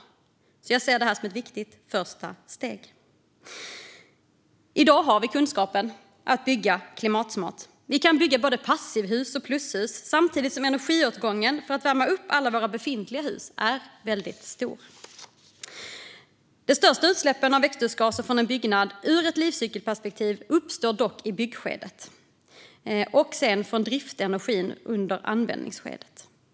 Jag ser det som ett viktigt första steg. I dag har vi kunskapen att bygga klimatsmart. Vi kan bygga både passivhus och plushus samtidigt som energiåtgången för att värma upp alla våra befintliga hus är väldigt stor. De största utsläppen av växthusgaser från en byggnad ur ett livscykelperspektiv uppstår dock i byggskedet och sedan från driftenergin under användningsskedet.